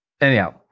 Anyhow